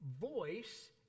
voice